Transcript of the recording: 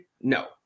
No